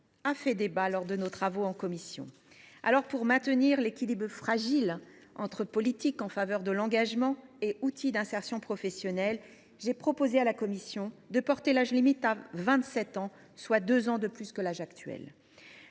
a fait débat lors de nos travaux en commission. Pour maintenir l’équilibre fragile entre politique en faveur de l’engagement et outil d’insertion professionnelle, j’ai proposé à la commission de porter l’âge limite à 27 ans, soit deux ans de plus que l’âge actuel.